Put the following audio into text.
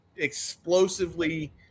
explosively